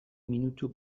minutu